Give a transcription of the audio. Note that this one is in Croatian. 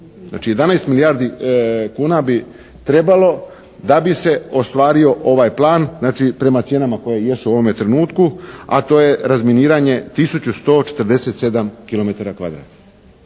11 milijardi kuna bi trebalo da bi se ostvario ovaj plan, znači prema cijenama koje jesu u ovome trenutku, a to je razminiranje tisuću